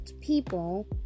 people